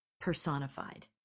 personified